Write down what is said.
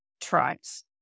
tries